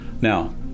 Now